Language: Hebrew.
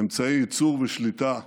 אמצעי ייצור ושליטה במדינה,